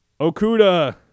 Okuda